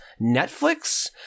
Netflix